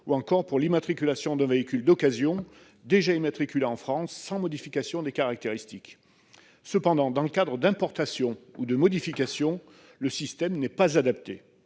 soit pour l'immatriculation d'un véhicule d'occasion déjà immatriculé en France, sans modification de ses caractéristiques. Toutefois, dans le cas d'importations ou de modifications, le système n'est pas adapté.